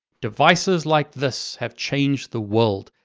devices like this have changed the world.